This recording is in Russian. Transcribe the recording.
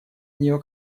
нее